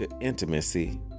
intimacy